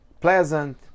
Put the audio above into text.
Pleasant